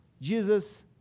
Jesus